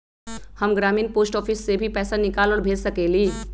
हम ग्रामीण post office से भी पैसा निकाल और भेज सकेली?